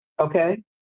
Okay